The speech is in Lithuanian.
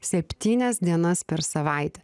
septynias dienas per savaitę